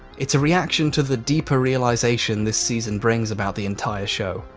it's a reaction to the deeper realisation this season brings about the entire show.